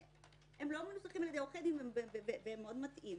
הן לא מנוסחות על ידי עורכי דין והן מאוד מטעות.